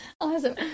Awesome